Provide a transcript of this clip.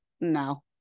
No